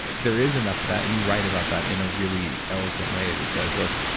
there is enough of that, and you write about that in a really eloquent way that says, look,